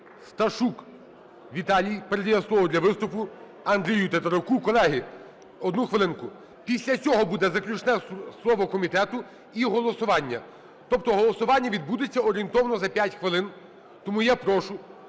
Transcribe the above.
Сташук Віталій. Передає слово для виступу Андрію Тетеруку. Колеги, одну хвилинку. Після цього буде заключне слово комітету і голосування, тобто голосування відбудеться орієнтовно за 5 хвилин. Тому я прошу